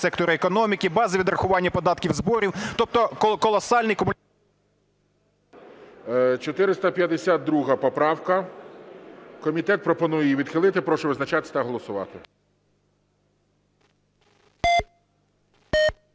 сектору економіки, бази відрахування податків і зборів, тобто колосальний… ГОЛОВУЮЧИЙ. 452 поправка. Комітет пропонує її відхилити. Прошу визначатись та голосувати.